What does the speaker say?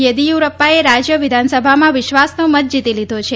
વેદીયુરપ્પાએ રાજ્ય વિધાનસભામાં વિશ્વાસનો મત જીતી લીધો છે